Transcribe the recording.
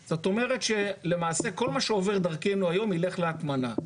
וכל מה שעובר דרכנו היום ילך להטמנה.